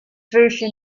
version